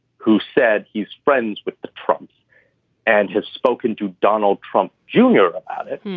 who said he's friends with trump and has spoken to donald trump junior about it.